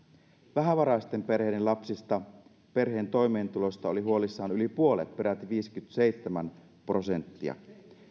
vähävaraisten perheiden lapsista perheen toimeentulosta oli huolissaan yli puolet peräti viisikymmentäseitsemän prosenttia